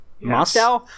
Moscow